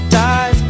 dive